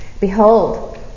Behold